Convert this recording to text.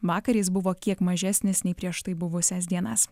vakar jis buvo kiek mažesnis nei prieš tai buvusias dienas